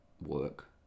work